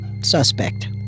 suspect